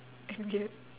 and weird